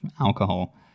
alcohol